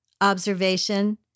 Observation